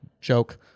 Joke